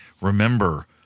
Remember